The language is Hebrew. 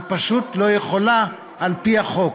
היא פשוט לא יכולה על פי החוק.